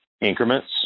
increments